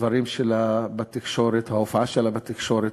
הדברים שלה בתקשורת וההופעה שלה בתקשורת,